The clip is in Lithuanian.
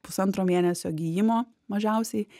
pusantro mėnesio gijimo mažiausiai